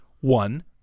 One